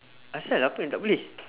asal apa yang tak boleh